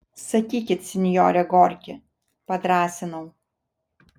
sakykit sinjore gorki padrąsinau